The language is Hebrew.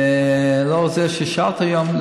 לאור זה ששאלת היום,